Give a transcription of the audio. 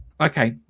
Okay